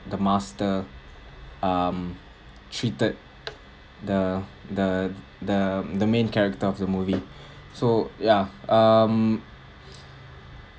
the master um cheated the the the the main character of the movie so ya um